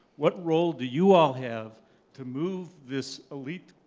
what role do you all have to move this elite